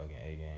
A-game